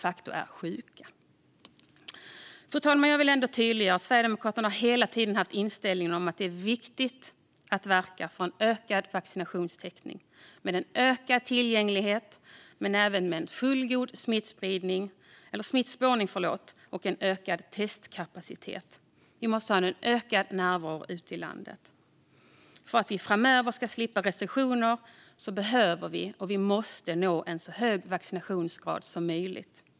Fru talman! Sverigedemokraterna har hela tiden haft inställningen att det är viktigt att verka för en ökad vaccinationstäckning genom ökad tillgänglighet, fullgod smittspårning och ökad testkapacitet. Närvaron ute i landet måste öka. För att slippa restriktioner framöver måste vi nå en så hög vaccinationsgrad som möjligt.